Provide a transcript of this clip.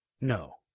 No